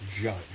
Judge